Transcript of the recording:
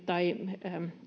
tai